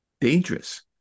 dangerous